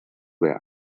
behar